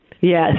Yes